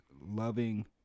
loving